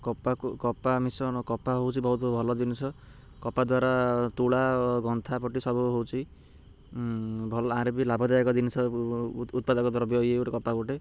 କପାକୁ କପା ମିଶନ କପା ହେଉଛି ବହୁତ ଭଲ ଜିନିଷ କପା ଦ୍ୱାରା ତୁଳା ଗନ୍ଥା ପଟି ସବୁ ହେଉଛି ଭଲ ଆହୁରି ବି ଲାଭଦାୟକ ଜିନିଷ ଉତ୍ପାଦକ ଦ୍ରବ୍ୟ ଇଏ ଗୋଟେ କପା ଗୋଟେ